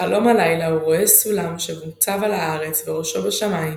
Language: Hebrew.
בחלום הלילה הוא רואה סולם שמוצב על הארץ וראשו בשמים,